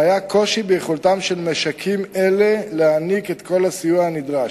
והיה קושי למשקים אלה להעניק את כל הסיוע הנדרש.